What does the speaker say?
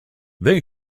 they